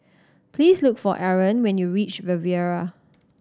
please look for Arron when you reach Riviera